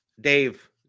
Dave